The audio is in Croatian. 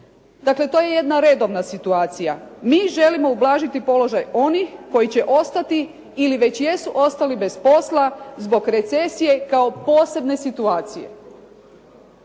Dakle to je jedna redovna situacija. Mi želimo ublažiti položaj onih koji će ostati ili već jesu ostali bez posla zbog recesije kao posebne situacije.